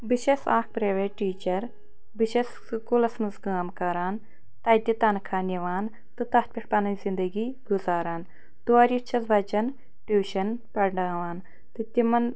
بہٕ چھیٚس اکھ پرٛایویٹ ٹیٖچر بہٕ چھیٚس سکوٗلَس منٛز کٲم کران تَتہِ تَنخواہ نِوان تہٕ تَتھ پٮ۪ٹھ پَنٕنۍ زِندگی گُزاران تورٕ یِتھۍ چھیٚس بَچَن ٹیٛوٗشَن پَڑناوان تہٕ تِمَن